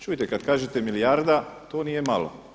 Čujte, kada kažete milijarda to nije malo.